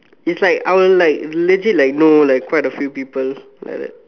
is like our our like legit I will know quite a few people like that